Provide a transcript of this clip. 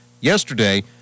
yesterday